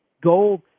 Gold